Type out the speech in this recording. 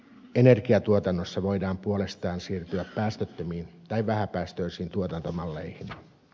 energiantuotannossa voidaan puolestaan siirtyä päästöttömiin tai vähäpäästöisiin tuotantomalleihin